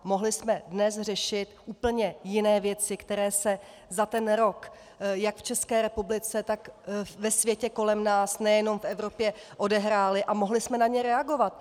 Mohli jsme dnes řešit úplně jiné věci, které se za ten rok jak v České republice, tak ve světě kolem nás, nejenom v Evropě, odehrály, a mohli jsme na ně reagovat.